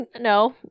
no